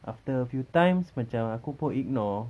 after a few times aku pun ignore